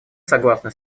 согласны